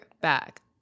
back